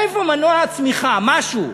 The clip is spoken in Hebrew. איפה מנוע הצמיחה, משהו?